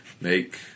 Make